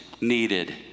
needed